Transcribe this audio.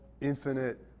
infinite